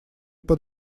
под